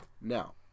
Now